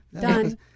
Done